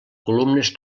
columnes